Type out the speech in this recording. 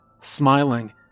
smiling